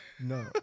No